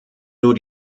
nur